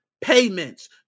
payments